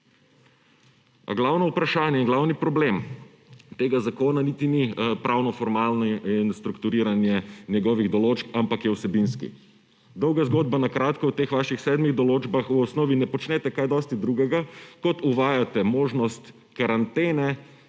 A glavno vprašanje in glavni problem tega zakona niti ni pravnoformalno in strukturiranje njegovih določb, ampak je vsebinsko. Dolga zgodba. Na kratko, v teh vaših sedmih določbah v osnovi ne počnete kaj dosti drugega, kot uvajate možnost karantene,